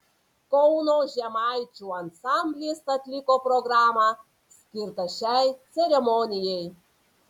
kauno žemaičių ansamblis atliko programą skirtą šiai ceremonijai